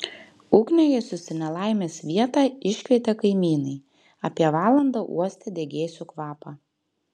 ugniagesius į nelaimės vietą iškvietė kaimynai apie valandą uostę degėsių kvapą